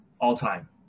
all-time